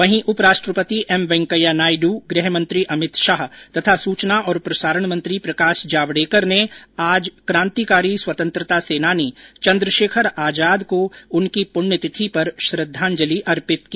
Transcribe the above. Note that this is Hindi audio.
वहीं उप राष्ट्रपति एम वेंकैया नायडु गृह मंत्री अमित शाह तथा सूचना और प्रसारण मंत्री प्रकाश जावडेकर ने कांतिकारी स्वतंत्रता सेनानी चन्द्रशेखर आजाद को उनकी पुण्यतिथि पर आज श्रद्धांजलि अर्पित की